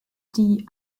die